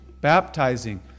baptizing